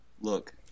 Look